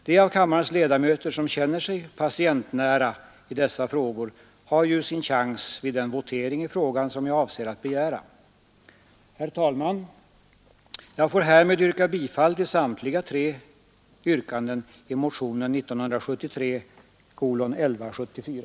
De av kammarens ledamöter som känner sig ”patientnära” i dessa frågor har ju sin chans vid den votering i frågan som jag avser att begära. Herr talman! Jag får härmed hemställa om bifall till samtliga tre yrkanden i motionen 1174.